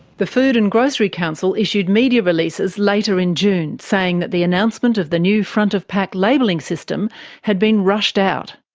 the food and grocery council issued media releases later in june saying that the announcement of the new front-of-pack labelling system had been rushed out,